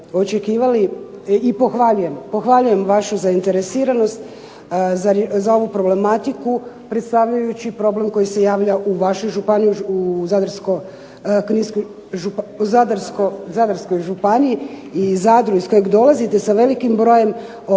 i pohvaljujem, pohvaljujem vašu zainteresiranost za ovu problematiku predstavljajući problem koji se javlja u vašoj županiji, u Zadarskoj županiji i Zadru iz kojeg dolazite sa velikim brojem ovisnika